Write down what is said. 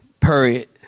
period